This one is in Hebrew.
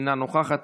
אינה נוכחת,